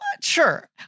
sure